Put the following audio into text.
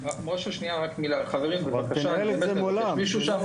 חברים, אני ממש מבקש.